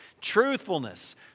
Truthfulness